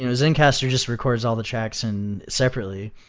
and zencastr just records all the tracks and separately.